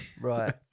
Right